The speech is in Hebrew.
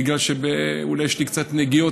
בגלל שאולי יש לי קצת נגיעות,